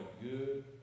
good